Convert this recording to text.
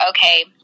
okay